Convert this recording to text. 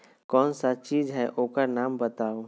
कौन सा चीज है ओकर नाम बताऊ?